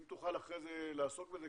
אם תוכל אחרי זה לעסוק בזה,